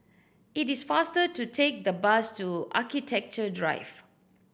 it is faster to take the bus to Architecture Drive